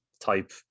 type